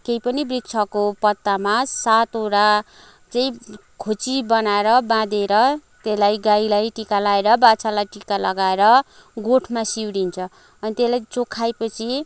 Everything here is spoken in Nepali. केही पनि वृक्षको पत्तामा सातवटा चाहिँ खोची बनाएर बाँधेर त्यसलाई गाईलाई टीका लाएर बाछालाई टीका लगाएर गोठमा सिउरिन्छ अनि तेलाई चोख्याएपछि